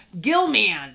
Gilman